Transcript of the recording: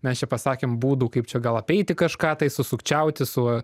mes čia pasakėm būdų kaip čia gal apeiti kažką tai susukčiauti su